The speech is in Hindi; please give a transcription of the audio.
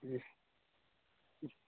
जी जी